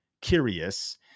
curious